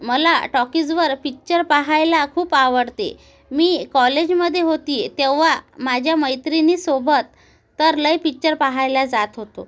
मला टॉकीजवर पिच्चर पाहायला खूप आवडते मी कॉलेजमध्ये होती तेव्हा माझ्या मैत्रिणीसोबत तर लय पिच्चर पाहायला जात होतो